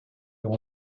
leur